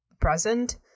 present